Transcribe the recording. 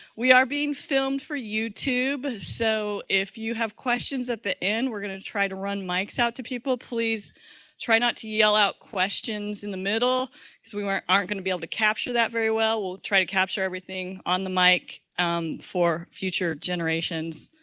we are being filmed for youtube. so if you have questions at the end, we're going to to try to run mics out to people. please try not to yell out questions in the middle because we weren't, aren't going to be able to capture that very well. we'll try to capture everything on the mic um for future generations